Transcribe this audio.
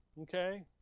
Okay